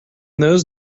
those